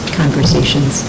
conversations